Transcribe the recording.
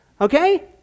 Okay